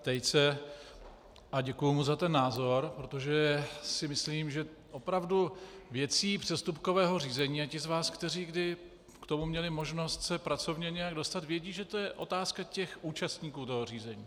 Tejce a děkuji mu za ten názor, protože si myslím, že opravdu věcí přestupkového řízení a ti z vás, kteří kdy k tomu měli možnost se pracovně nějak dostat, vědí, že to je otázka účastníků toho řízení.